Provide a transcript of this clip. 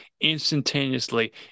instantaneously